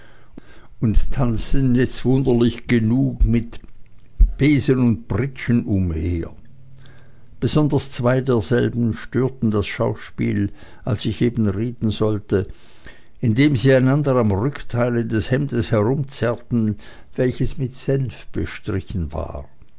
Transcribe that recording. und tanzten jetzt wunderlich genug mit pritschen und besen umher besonders zwei derselben störten das schauspiel als ich eben reden sollte indem sie einander am rückteile des hemdes herumzerrten welches mit senf bestrichen war